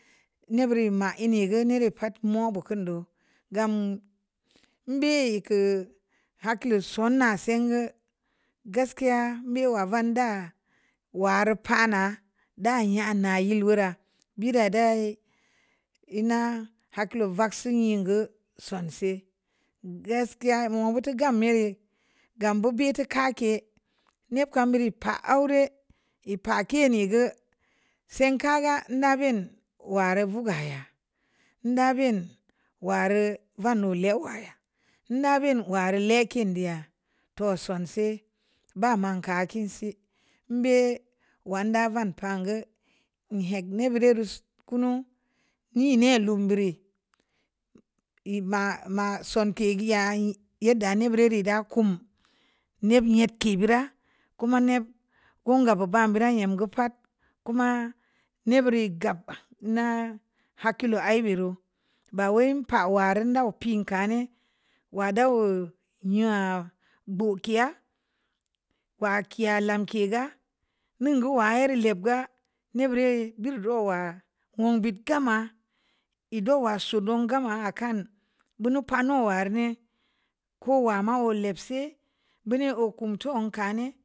Neh buri ma e’ nu’ gə niri pa'at mo'o bokun do'o gam mbe’ kə hakwleu sonna se'n gə gaskiya be’ wa va'aŋ da'a war pana da yana yeleu ra bira da'eh ina hakulu vaksi ye’ ngə sonse’ gaskiya mo'o’ mu vuto gam mai’ gam bu bi ti ka k'e'a niip kam biri pa aure’ e’ pa kini gə se'nka gə na be'n wa reu vo'o’ gaya da be'n wareu vanue lae’ gwa ya nda be'n wareu lekkin de'a to'o sonse’ ba man kə kin si mbe’ yadan van pa gə in hek ne’ buri reu su kunu e’ ne’ lo'o’ n biri e'e’ ma ma sonke’ ge'ya yeddə ne’ buri reu da kum ne'bi ye't kii bura koma ne'p ungə bo'ba biire’ ayem ga’ pa'at koma ne’ buri gap na hakki lo'o’ ii biru ba wai pawaran da pii ka'ane’ wada gau nyah buki'a’ wa kia’ lamke’ ga neŋ gə wa yar’ le'b ga ne’ bure'e bu'r ruwa un bit gama ido wa so don gama akan bunu pa na'o war nii kowa ma wul le'b si buni o’ kum toh e’ ka ne'.